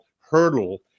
hurdle